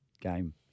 game